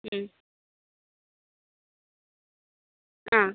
ആ